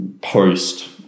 post